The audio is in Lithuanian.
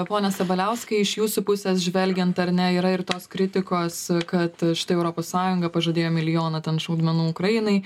pone sabaliauskai iš jūsų pusės žvelgiant ar ne yra ir tos kritikos kad štai europos sąjunga pažadėjo milijoną ten šaudmenų ukrainai